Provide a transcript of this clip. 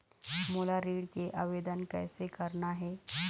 मोला ऋण के आवेदन कैसे करना हे?